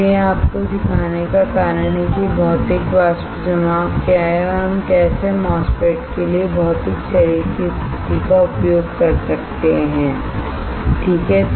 तो यह आपको सिखाने का कारण है कि भौतिक वाष्प जमाव क्या है और हम कैसे MOSFETs के लिए भौतिक शरीर की स्थिति का उपयोग कर सकते हैं ठीक है